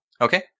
Okay